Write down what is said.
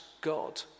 God